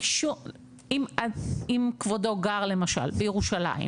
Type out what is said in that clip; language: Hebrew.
אם כבודו גם למשל בירושלים.